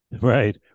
Right